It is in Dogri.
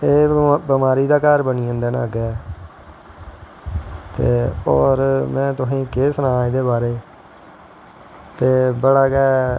ते एह् बमारी दा घर बनी जंदे नै अग्गैं ते होर में केह् सनांऽ एह्दे बैारे च ते बड़ा गै